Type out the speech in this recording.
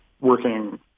working